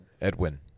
Edwin